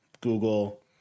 Google